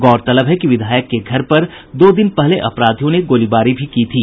गौरतलब है कि विधायक के घर पर दो दिन पहले अपराधियों ने गोलीबारी भी की थी